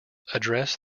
address